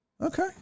Okay